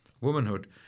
womanhood